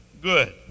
Good